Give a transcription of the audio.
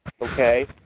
okay